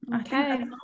okay